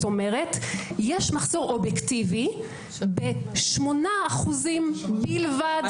זאת אומרת יש מחסור אובייקטיבים ב-8% בלבד.